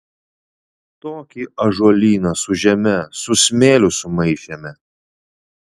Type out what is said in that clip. tokį ąžuolyną su žeme su smėliu sumaišėme